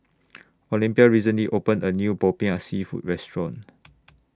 Olympia recently opened A New Popiah Seafood Restaurant